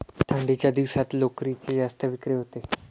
थंडीच्या दिवसात लोकरीची जास्त विक्री होते